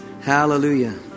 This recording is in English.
hallelujah